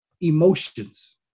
Emotions